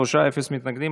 בעד, שלושה, אפס מתנגדים.